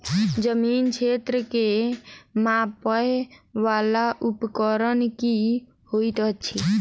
जमीन क्षेत्र केँ मापय वला उपकरण की होइत अछि?